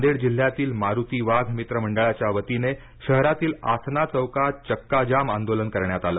नांदेड जिल्ह्यातील मारुती वाघ मित्र मंडळाच्या वतीने शहरातील आसना चौकात चक्काजाम आंदोलन करण्यात आलं